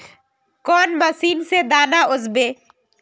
कौन मशीन से दाना ओसबे?